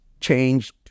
changed